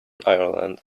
ireland